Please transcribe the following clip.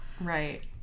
right